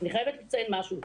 אני חייבת לציין משהו.